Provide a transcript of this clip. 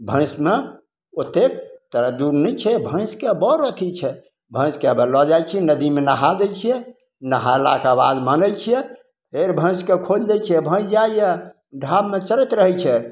भैंसमे ओतेक तरज्जु नहि छै भैसके बड़ एथी छै भैंस के है वा लऽ जाइ छी नदीमे नहा दै छियै नहेलाके बाद मलै छियै फेर भैंसके खोलि दै छियै भैंस जाइए ढाबमे चरैत रहै छै